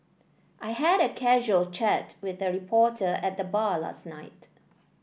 I had a casual chat with a reporter at the bar last night